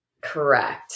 Correct